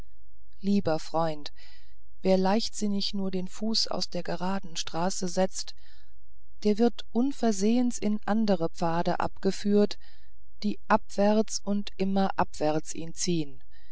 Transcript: lieber freund wer leichtsinnig nur den fuß aus der geraden straße setzt der wird unversehens in andere pfade abgeführt die abwärts und immer abwärts ihn ziehen